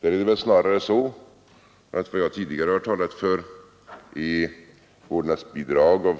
Där är det väl snarare så att vad jag tidigare talat för har varit vårdnadsbidrag av